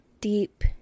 Deep